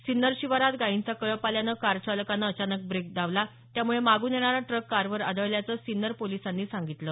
सिन्नर शिवारात गायींचा कळप आल्यानं कार चालकानं अचानक ब्रेक दाबला त्यामुळे मागून येणारा ट्रक कारवर आदळल्याचं सिन्नर पोलिसांनी सांगितलं